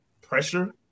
pressure